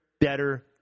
better